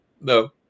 No